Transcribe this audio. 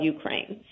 Ukraine